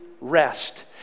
rest